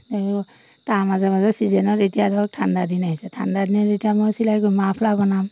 আৰু তাৰ মাজে মাজে চিজনত এতিয়া ধৰক ঠাণ্ডা দিন আহিছে ঠাণ্ডা দিনত যেতিয়া মই চিলাই কৰি মাৰ্ফলা বনাম